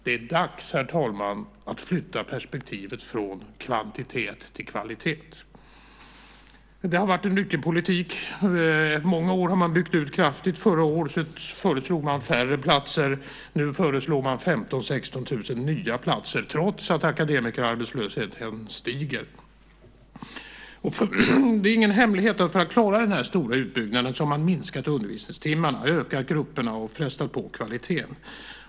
Det är dags, herr talman, att flytta perspektivet från kvantitet till kvalitet. Det har varit en ryckig politik. Under många år har man byggt ut kraftigt. Förra året föreslog man färre platser. Nu föreslår man 15 000-16 000 nya platser, trots att akademikerarbetslösheten stiger. Det är ingen hemlighet att man, för att klara den här stora utbyggnaden, har minskat antalet undervisningstimmar, ökat grupperna och frestat på kvaliteten.